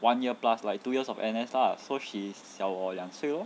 one year plus like two years of N_S lah so she 小我两岁 lor